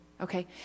okay